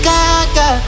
Gaga